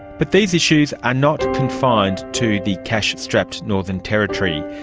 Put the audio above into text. but these issues are not confined to the cash-strapped northern territory.